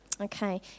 Okay